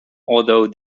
although